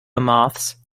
moths